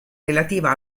relativa